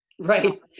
Right